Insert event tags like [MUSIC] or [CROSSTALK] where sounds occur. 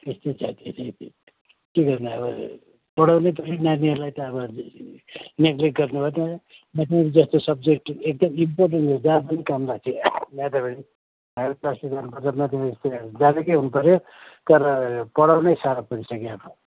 यस्तै छ के अरे के गर्नु अब पढाउनै पऱ्यो नानीहरूलाई त अब नेग्लेक्ट गर्नु भएन म्याथम्याटिक्स जस्तो सब्जेक्ट एकदम इम्पोर्टेन्ट जहाँ पनि काम लाग्छ म्याथम्याटिक्स हायर क्लासतिर [UNINTELLIGIBLE] म्याथम्याटिक्स जानेकै हुनुपऱ्यो तर पढाउनै साह्रो परिसक्यो यहाँ त